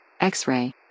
X-Ray